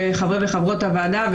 לחברות וחברי הוועדה,